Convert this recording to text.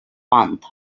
month